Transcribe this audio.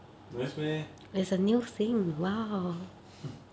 nice meh